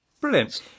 Brilliant